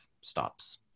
stops